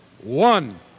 one